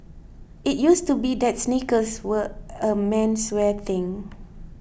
it used to be that sneakers were a menswear thing